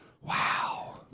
Wow